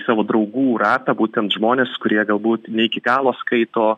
savo draugų ratą būtent žmones kurie galbūt ne iki galo skaito